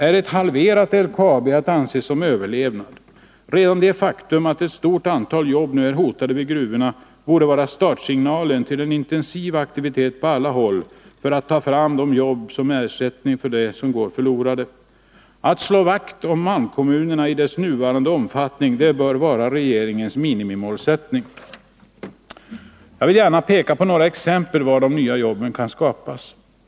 Är ett halverat LKAB att anse som överlevt? Redan det faktum att ett stort antal jobb nu är hotat vid gruvorna borde vara signalen till en intensiv aktivitet på alla håll för att ta fram jobb som ersättning för dem som går förlorade. Att slå vakt om malmkommunerna i deras nuvarande omfattning bör vara regeringens minimimålsättning. Jag vill gärna ge några exempel på var dessa nya arbeten kan skapas.